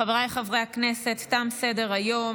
חבריי חברי הכנסת, תם סדר-היום.